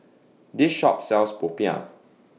This Shop sells Popiah